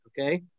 Okay